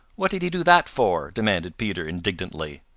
what did he do that for? demanded peter indignantly.